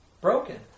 Broken